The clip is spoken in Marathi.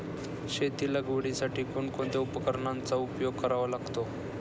शेती लागवडीसाठी कोणकोणत्या उपकरणांचा उपयोग करावा लागतो?